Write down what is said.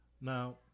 Now